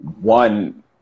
one